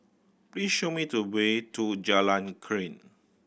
please show me the way to Jalan Krian